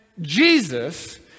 Jesus